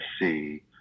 see